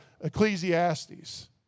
Ecclesiastes